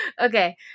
okay